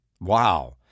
Wow